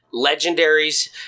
Legendaries